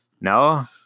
no